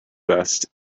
best